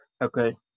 Okay